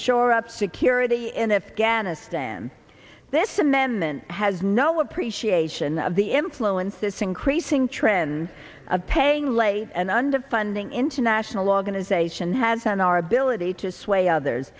shore up security in afghanistan this amendment has no appreciation of the influence this increasing trend of paying late and underfunding international organization has on our ability to sway others